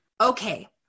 okay